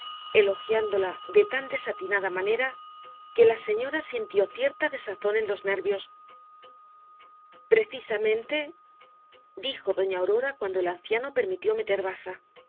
elogiándola de tan desatinada manera que la señora sintió cierta desazón en los nervios pecisamente dijo doña aurora cuando el anciano la permitió meter baza